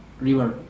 River